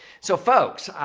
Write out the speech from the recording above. so, folks,